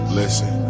listen